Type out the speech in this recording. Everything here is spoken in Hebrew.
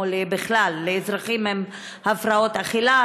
או בכלל לאזרחים עם הפרעות אכילה.